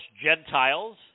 Gentiles